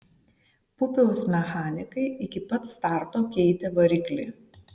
pupiaus mechanikai iki pat starto keitė variklį